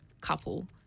couple